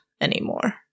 anymore